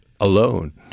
alone